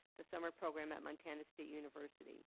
the summer program at montana state university.